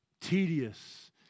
tedious